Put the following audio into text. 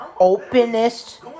openest